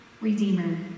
redeemer